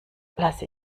lasse